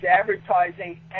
advertising